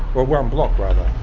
or one block rather,